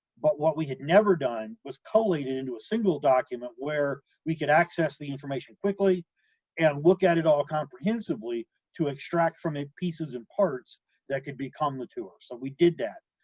but what we had never done was collate it into a single document, where we could access the information quickly and look at it all comprehensively to extract from it pieces and parts that could become the tour, so we did that.